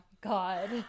God